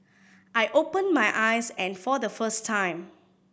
I open my eyes and for the first time